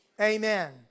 Amen